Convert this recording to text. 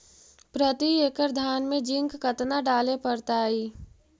प्रती एकड़ धान मे जिंक कतना डाले पड़ताई?